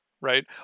right